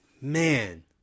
man